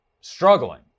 struggling